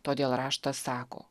todėl raštas sako